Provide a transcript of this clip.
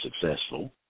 successful